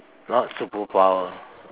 not superpower